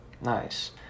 Nice